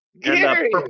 Gary